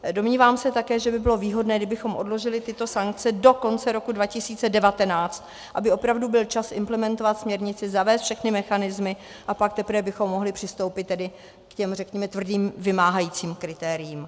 Domnívám se také, že by bylo výhodné, kdybychom odložili tyto sankce do konce roku 2019, aby opravdu byl čas implementovat směrnici, zavést všechny mechanismy, a pak teprve bychom mohli přistoupit k těm řekněme tvrdým vymáhajícím kritériím.